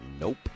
Nope